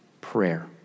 prayer